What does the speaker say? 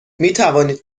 میتوانید